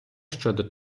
щодо